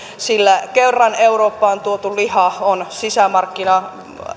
sillä kerran eurooppaan tuotu liha on sisämarkkinoilla